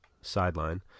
sideline